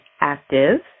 active